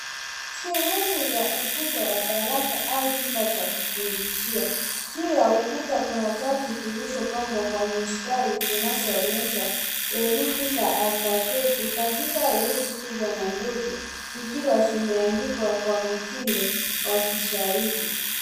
Sehemu ya ukuta wa darasa au chumba cha kufundishia. Juu ya ukuta kuna chati zilizopangwa kwa mstari zinazoonyesha herufi za alfabeti katika herufi kubwa na ndogo, zikiwa zimeandikwa kwa mtindo wa kishairi.